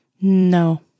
No